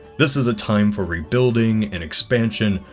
this is a time for rebuilding, and expansion.